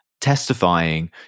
testifying